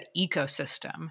ecosystem